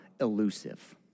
elusive